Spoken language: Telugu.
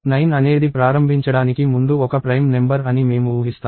9 అనేది ప్రారంభించడానికి ముందు ఒక ప్రైమ్ నెంబర్ అని మేము ఊహిస్తాము